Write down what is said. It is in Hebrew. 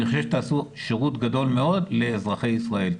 אני חושב שתעשו שירות גדול מאוד לאזרחי ישראל.